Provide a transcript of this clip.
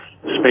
Space